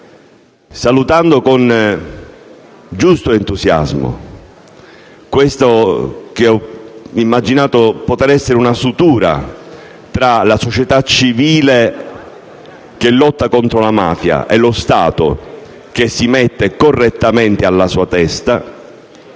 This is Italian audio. saluto con giusto entusiasmo questo disegno di legge, che ho immaginato possa costituire una sutura tra la società civile, che lotta contro la mafia, e lo Stato, che si mette correttamente alla sua testa.